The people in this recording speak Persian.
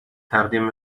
تقدیم